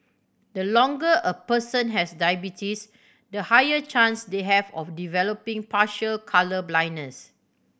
the longer a person has diabetes the higher chance they have of developing partial colour blindness